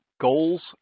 goals